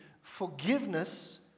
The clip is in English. forgiveness